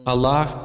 Allah